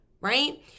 right